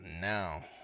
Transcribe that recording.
now